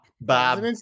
Bob